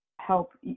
help